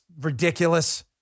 ridiculous